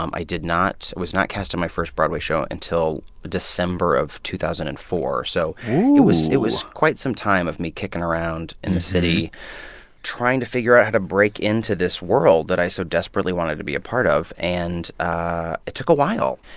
um i did not was not cast in my first broadway show until december of two thousand and four. so it was it was quite some time of me kicking around in the city trying to figure out how to break into this world that i so desperately wanted to be a part of. and it took a while.